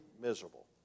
miserable